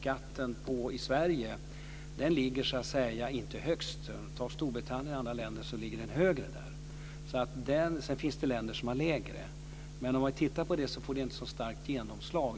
Sedan finns det länder som har lägre, men utifrån de utredningar och bedömningar som har gjorts av Åkeriförbundet och av oss kan man inte påstå att detta skulle få så starkt genomslag.